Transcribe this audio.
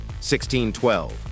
16-12